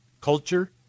culture